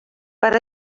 per